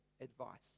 advice